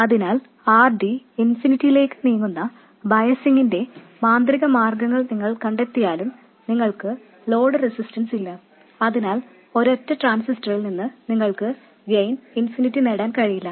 അതിനാൽ R D ഇൻഫിനിറ്റിയിലേക്ക് നീങ്ങുന്ന ബയസിങിന്റെ മാന്ത്രിക മാർഗ്ഗങ്ങൾ നിങ്ങൾ കണ്ടെത്തിയാലും നിങ്ങൾക്ക് ലോഡ് റെസിസ്റ്റൻസ് ഇല്ല അതിനാൽ ഒരൊറ്റ ട്രാൻസിസ്റ്ററിൽ നിന്നു നിങ്ങൾക്ക് ഗെയിൻ ഇൻഫിനിറ്റി നേടാൻ കഴിയില്ല